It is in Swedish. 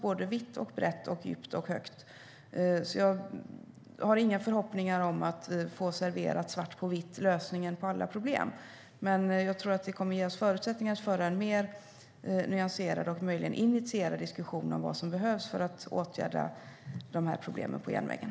Det är vitt och brett, djupt och högt. Jag har inga förhoppningar om att få serverat svart på vitt lösningen på alla problem. Men jag tror att det kommer att ge oss förutsättningar för att föra en mer nyanserad och möjligen initierad diskussion om vad som behövs för att åtgärda de här problemen på järnvägen.